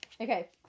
Okay